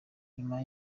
nyuma